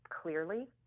clearly